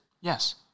Yes